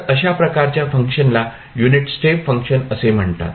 तर अशा प्रकारच्या फंक्शन्सला युनिट स्टेप फंक्शन असे म्हणतात